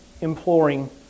imploring